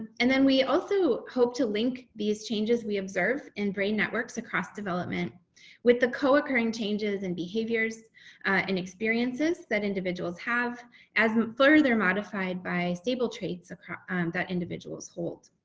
and then we also hope to link these changes we observe in brain networks across development with the co-occurring changes and behaviors and experiences that individuals have as further modified by stable traits that individuals hold